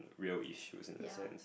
real issues in a sense